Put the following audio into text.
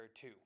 two